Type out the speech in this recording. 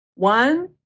One